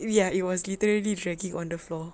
ya it was literally dragging on the floor